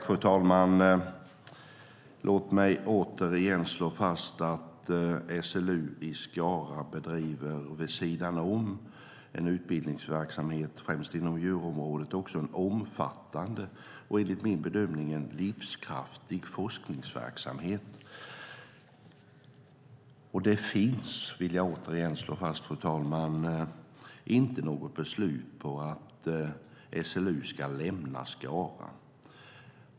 Fru talman! Låt mig åter slå fast att SLU i Skara vid sidan om sin utbildningsverksamhet inom främst djurområdet bedriver en omfattande och, enligt min bedömning, livskraftig forskningsverksamhet. Låt mig åter slå fast att det inte finns något beslut om att SLU ska lämna Skara.